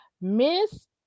Miss